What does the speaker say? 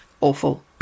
awful